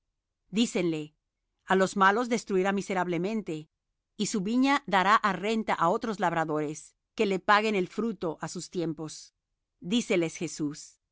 dícenle á los malos destruirá miserablemente y su viña dará á renta á otros labradores que le paguen el fruto á sus tiempos díceles jesús